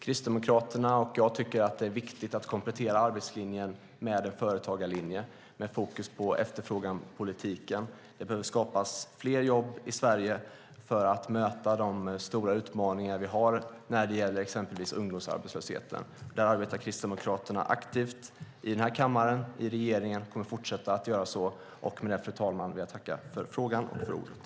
Kristdemokraterna och jag tycker att det är viktigt att komplettera arbetslinjen med en företagarlinje med fokus på efterfrågepolitiken. Det behöver skapas fler jobb i Sverige för att möta de stora utmaningar vi har när det gäller exempelvis ungdomsarbetslösheten. Med detta arbetar Kristdemokraterna aktivt i den här kammaren och i regeringen och kommer att fortsätta att göra så. Med detta, fru talman, vill jag tacka för frågorna och för ordet.